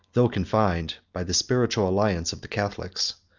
though confined, by the spiritual alliance of the catholics.